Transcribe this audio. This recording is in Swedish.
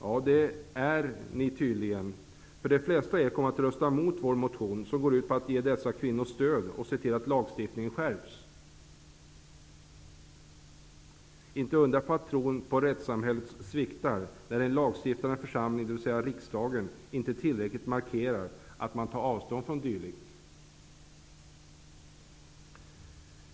Ja, det är ni tydligen, eftersom de flesta av er kommer att rösta mot vår motion, som går ut på att ge dessa kvinnor stöd och se till att lagstiftningen skärps. Det är inte att undra på att tron på rättssamhället sviktar när den lagstiftande församlingen, dvs. riksdagen, inte tillräckligt markerar att man tar avstånd från dylikt.